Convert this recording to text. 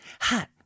hot